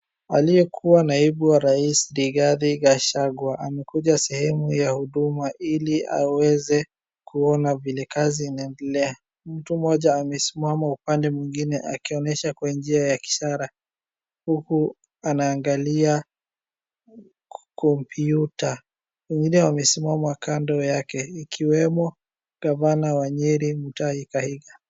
Aliyekuwa naibu wa rais Rigathi Gachagua amekuja sehemu ya huduma ili aweze kuona vile kazi inaendelea. Mtu mmoja amesimama upande mwingine akionyesha kwa njia ya ishara huku anaangalia kompyuta. Wengine wamesimama kando yake ikiwemo gavana wa Nyeri Mutai Kahiga.